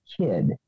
kid